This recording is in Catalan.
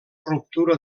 ruptura